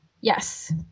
Yes